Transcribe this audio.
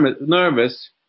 nervous